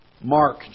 Mark